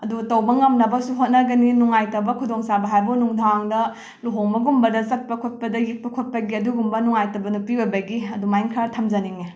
ꯑꯗꯨ ꯇꯧꯕ ꯉꯝꯅꯕꯁꯨ ꯍꯣꯠꯅꯒꯅꯤ ꯅꯨꯡꯉꯥꯏꯇꯕ ꯈꯨꯗꯣꯡꯆꯥꯕ ꯍꯥꯏꯕꯨ ꯅꯨꯡꯗꯥꯡꯗ ꯂꯨꯍꯣꯡꯕꯒꯨꯝꯕꯗ ꯆꯠꯄ ꯈꯣꯠꯄꯗ ꯍꯤꯞꯄ ꯈꯣꯠꯄꯒꯤ ꯑꯗꯨꯒꯨꯝꯕ ꯅꯨꯡꯉꯥꯏꯇꯕ ꯅꯨꯄꯤ ꯑꯣꯏꯕꯒꯤ ꯑꯗꯨꯃꯥꯏꯅ ꯈꯔ ꯊꯝꯖꯅꯤꯡꯉꯦ